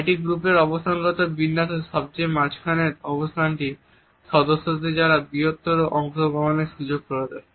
একটি গ্রুপের অবস্থানগত বিন্যাসে সবচেয়ে মাঝখানের অবস্থানটি সদস্যদের দ্বারা বৃহত্তর অংশগ্রহণের সুযোগ করে দেয়